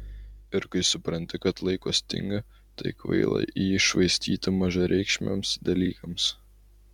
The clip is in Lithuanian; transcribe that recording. ir kai supranti kad laiko stinga tai kvaila jį švaistyti mažareikšmiams dalykams